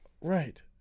Right